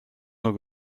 nur